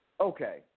Okay